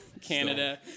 Canada